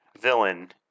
villain